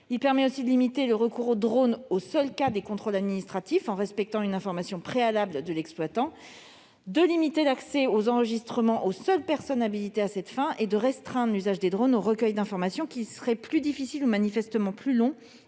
également prévu de limiter le recours aux drones aux seuls cas des contrôles administratifs, en respectant une information préalable de l'exploitant ; de limiter l'accès aux enregistrements aux seules personnes habilitées à cette fin ; de restreindre l'usage des drones au recueil d'informations qui serait manifestement plus